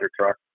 truck